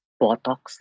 botox